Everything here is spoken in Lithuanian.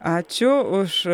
ačiū už